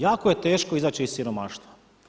Jako je teško izaći iz siromaštva.